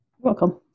Welcome